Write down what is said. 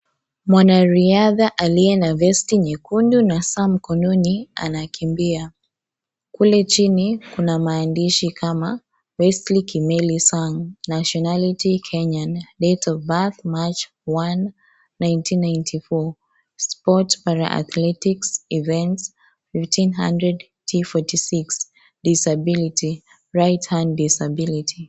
Mwanariadha aliye na vesti nyekundu na saa mkononi anakimbia . Kule chini kuna maandishi kama Wesley Kimeli Sang nationality Kenyan date of birth march one nineteen ninety four sport paraathletics events fifteen hundred t for forty six disability right hand diability .